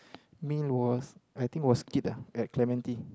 mean was I think was Skip lah at clementi